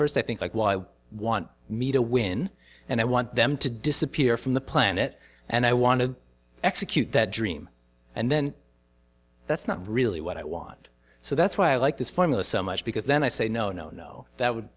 first i think i want me to win and i want them to disappear from the planet and i want to execute that dream and then that's not really what i want so that's why i like this formula so much because then i say no no no that would